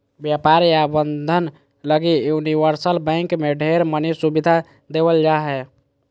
व्यापार या प्रबन्धन लगी यूनिवर्सल बैंक मे ढेर मनी सुविधा देवल जा हय